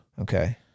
Okay